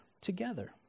together